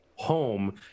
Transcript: home